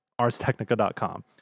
ArsTechnica.com